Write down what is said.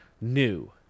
new